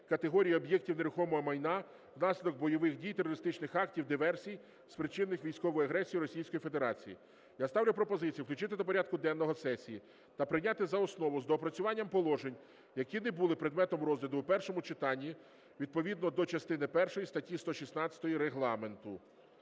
категорій об’єктів нерухомого майна внаслідок бойових дій, терористичних актів, диверсій, спричинених військовою агресією Російської Федерації. Я ставлю пропозицію включити до порядку денного сесії та прийняти за основу з доопрацюванням положень, які не були предметом розгляду в першому читанні, відповідно до частини першої статті 116 Регламенту.